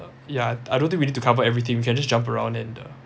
yeah I don't think we need to cover everything we can just jump around and the